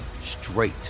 straight